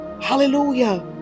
Hallelujah